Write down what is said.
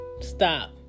Stop